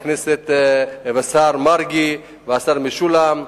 השר מרגי והשר משולם נהרי,